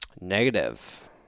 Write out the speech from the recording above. Negative